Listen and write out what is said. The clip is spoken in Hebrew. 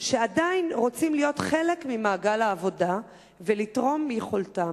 שעדיין רוצים להיות חלק ממעגל העבודה ולתרום מיכולתם.